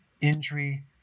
injury